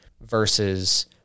versus